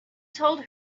told